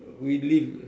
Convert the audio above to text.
we live